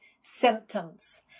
symptoms